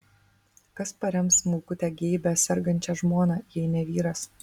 kas parems smulkutę geibią sergančią žmoną jei ne vyras